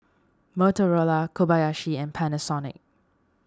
Motorola Kobayashi and Panasonic